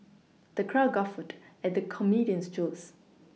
the crowd guffawed at the comedian's jokes